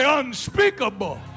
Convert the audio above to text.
unspeakable